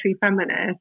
feminist